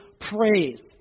praise